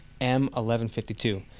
M1152